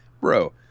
bro